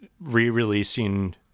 re-releasing